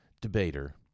debater